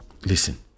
Listen